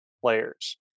players